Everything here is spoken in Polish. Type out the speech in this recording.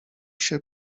się